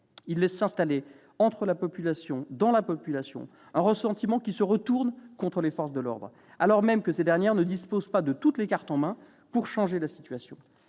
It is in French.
Il laisse s'installer dans la population un ressentiment qui se retourne contre les forces de l'ordre, alors même que ces dernières ne disposent pas de toutes les cartes en main pour changer la situation.